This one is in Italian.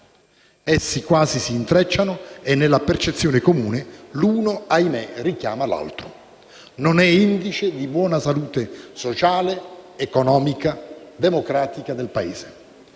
Essi quasi si intrecciano, e, nella percezione comune, l'uno, ahimè, richiama l'altro. Non è indice di buona salute sociale, economica e democratica del Paese.